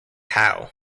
how